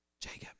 Jacob